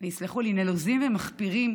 תסלחו לי, נלוזים ומחפירים,